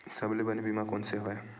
सबले बने बीमा कोन से हवय?